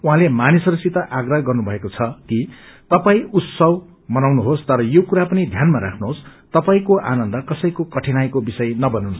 उहाँले मानिसहरूसित आप्रह गर्नुभएको छ कि तपाई उत्सव मनाउनुहोस तर यो कुरापनि ध्यानमा राख्नुहोस तपाईको आनन्द कसैको कठिनाईको विषय नबुनुन्